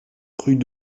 rue